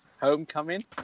Homecoming